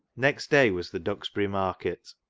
next day was the duxbury market,